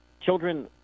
children